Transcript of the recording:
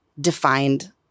defined